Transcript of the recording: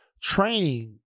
training